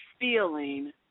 feeling